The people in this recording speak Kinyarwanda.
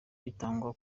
bitangwa